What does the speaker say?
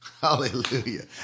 Hallelujah